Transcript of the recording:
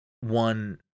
one